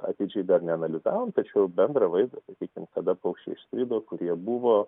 atidžiai dar neanalizavom tačiau bendrą vaizdą sakykim kada paukščiai išskrido kur jie buvo